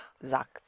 Sagt